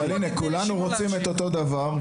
כולנו רוצים את אותו דבר,